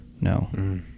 No